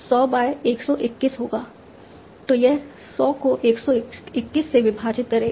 तो यह 100 को 121 से विभाजित करेगा